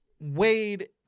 Wade